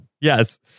Yes